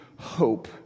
Hope